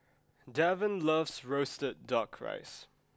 Devan loves roasted duck rice